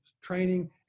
training